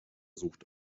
sucht